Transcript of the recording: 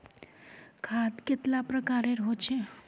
खाद कतेला प्रकारेर होचे?